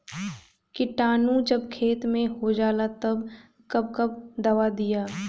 किटानु जब खेत मे होजाला तब कब कब दावा दिया?